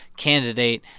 candidate